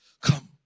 Come